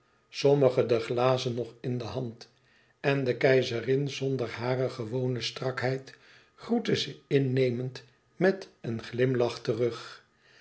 sommige de glazen nog in de hand en de keizerin zonder hare gewone strakheid groette ze innemend met een glimlach terug